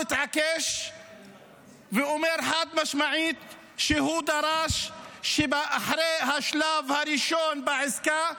ומתעקש ואומר חד-משמעית שהוא דרש שאחרי השלב הראשון בעסקה,